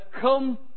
come